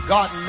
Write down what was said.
God